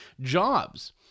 jobs